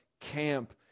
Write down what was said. camp